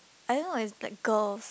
I don't know it's like girls